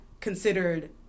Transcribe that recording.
considered